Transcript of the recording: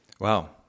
Wow